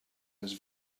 his